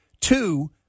two